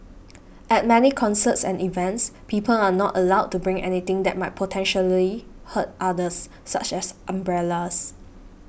at many concerts and events people are not allowed to bring anything that might potentially hurt others such as umbrellas